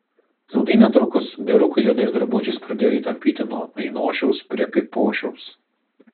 ilgai netrukus vyrukai juodais drabužiais pradėjo jį tampyti nuo ainošiaus prie kaipošiaus